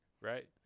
right